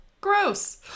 Gross